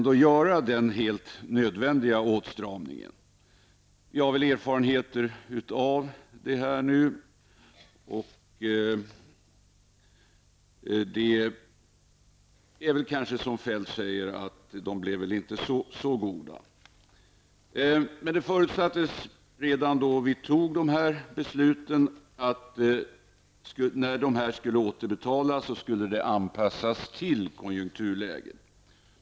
De tyckte ju att förslaget var så oförnuftigt. Vi har nu erfarenheter av sparandet. Som Feldt säger blev de inte så goda. Men redan när beslutet fattades förutsattes det att när sparandet skulle återbetalas skulle återbetalningen anpassas till konjunkturläget.